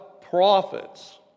prophets